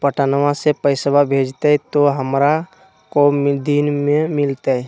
पटनमा से पैसबा भेजते तो हमारा को दिन मे मिलते?